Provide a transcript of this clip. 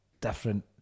different